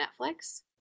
Netflix